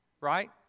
right